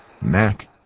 Mac